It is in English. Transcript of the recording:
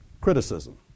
criticism